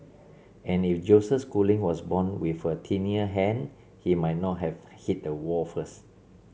and if Joseph Schooling was born with a tinier hand he might not have hit the wall first